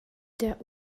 der